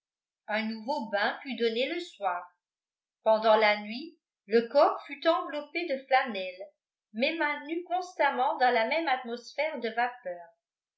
un nouveau bain fut donné le soir pendant la nuit le corps fut enveloppé de flanelle mais maintenu constamment dans la même atmosphère de vapeur